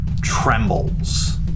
trembles